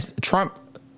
Trump